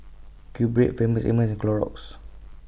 QBread Famous Amos and Clorox